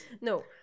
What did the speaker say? No